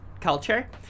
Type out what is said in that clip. culture